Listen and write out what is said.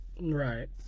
right